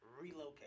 relocate